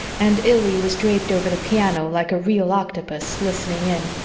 and illy was draped over the piano like a real octopus, listening in.